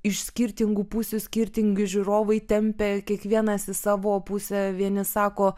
iš skirtingų pusių skirtingi žiūrovai tempia kiekvienas į savo pusę vieni sako